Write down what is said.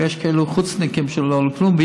ויש כאלה חוצניקים שלא לקחו כלום,